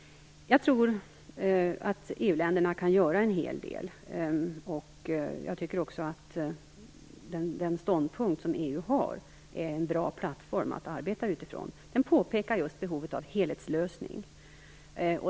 Jag tror att EU-länderna kan göra en hel del. Jag tycker också att den ståndpunkt som EU har är en bra plattform att arbeta utifrån. Den påpekar just behovet av helhetslösning.